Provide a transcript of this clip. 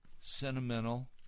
sentimental